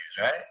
right